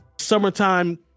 summertime